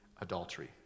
adultery